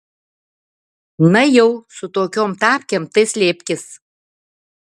na jau su tokiom tapkėm tai slėpkis